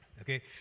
Okay